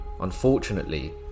Unfortunately